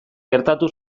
gertatu